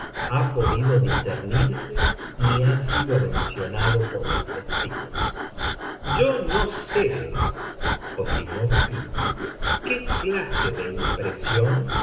ha podido discernirse ni ha sido mencionado por los testigos yo no sé continuó dupín qué clase de impresión